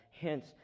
Hence